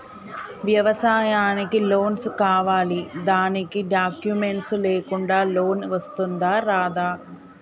వ్యవసాయానికి లోన్స్ కావాలి దానికి డాక్యుమెంట్స్ లేకుండా లోన్ వస్తుందా రాదా?